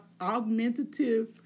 augmentative